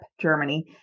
Germany